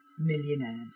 millionaires